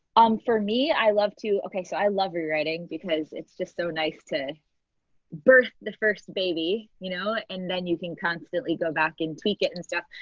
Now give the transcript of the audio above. um for me, i love to okay, so i love rewriting because it's just so nice to birth the first baby, you know and then you can constantly go back and tweak it and stuff.